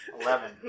Eleven